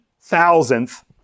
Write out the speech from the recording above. thousandth